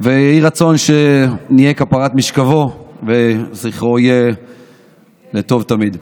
ויהי רצון שנהיה כפרת משכבו וזכרו יהיה לטוב תמיד.